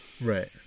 Right